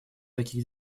таких